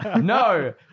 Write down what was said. no